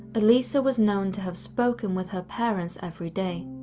elisa was known to have spoke and with her parents every day.